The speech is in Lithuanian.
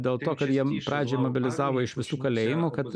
dėl to kad jiem pradžiai mobilizavo iš visų kalėjimų kad